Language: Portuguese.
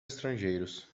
estrangeiros